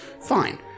Fine